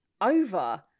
over